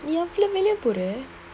the are familiar put eh